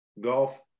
Golf